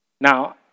Now